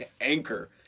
Anchor